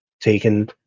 taken